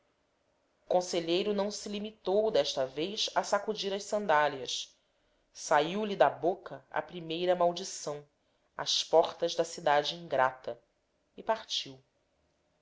conselheiro não se limitou desta vez a sacudir as sandálias saiu-lhe da boca a primeira maldição às portas da cidade ingrata e partiu